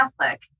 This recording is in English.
Catholic